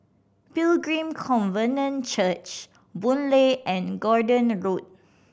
Pilgrim Covenant Church Boon Lay and Gordon Road